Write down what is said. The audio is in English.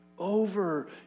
Over